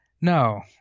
No